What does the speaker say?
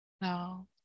No